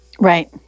Right